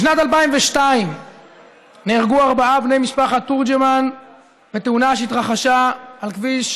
בשנת 2002 נהרגו ארבעה בני משפחת תורג'מן בתאונה שהתרחשה על כביש